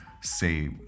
say